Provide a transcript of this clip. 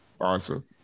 Awesome